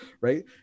Right